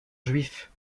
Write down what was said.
juifs